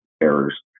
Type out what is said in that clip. errors